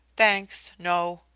thanks, no,